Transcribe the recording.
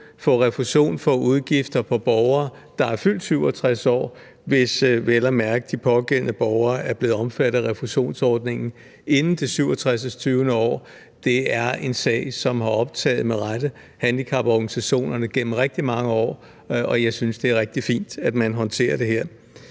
få refusion for udgifter på borgere, der er fyldt 67 år, hvis de pågældende borgere vel at mærke er blevet omfattet af refusionsordningen inden det 67. år. Det er en sag, som med rette har optaget handicaporganisationerne igennem rigtig mange år, og jeg synes, det er rigtig fint, at man håndterer det her.